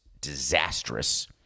disastrous